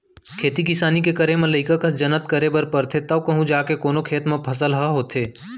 खेती किसानी के करे म लइका कस जनत करे बर परथे तव कहूँ जाके कोनो खेत म फसल ह होथे